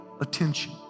attention